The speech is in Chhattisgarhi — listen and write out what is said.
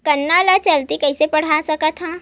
गन्ना ल जल्दी कइसे बढ़ा सकत हव?